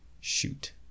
shoot